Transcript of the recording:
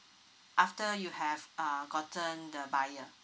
after you have uh gotten the buyer